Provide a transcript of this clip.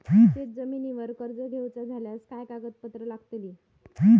शेत जमिनीवर कर्ज घेऊचा झाल्यास काय कागदपत्र लागतली?